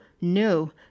no